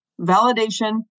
validation